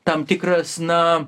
tam tikras na